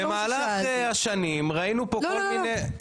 במהלך השנים ראינו כל מיני.